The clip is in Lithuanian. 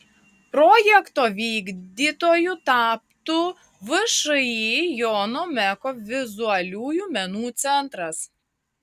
projekto vykdytoju taptų všį jono meko vizualiųjų menų centras